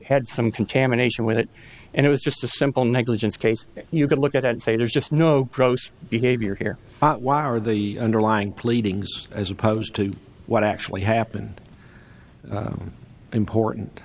had some contamination with it and it was just a simple negligence case you could look at and say there's just no gross behavior here or the underlying pleadings as opposed to what actually happened important